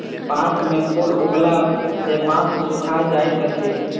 बांस में फूल उगला सॅ बांस सूखा जाइत अछि